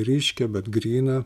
ryškią bet gryną